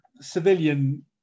civilian